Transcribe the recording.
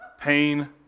pain